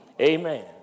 Amen